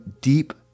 deep